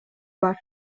бар